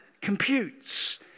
computes